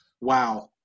wow